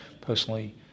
personally